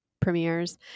premieres